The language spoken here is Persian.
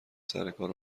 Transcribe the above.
سرکار